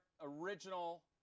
original